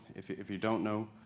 if if you don't know,